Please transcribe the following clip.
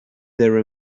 there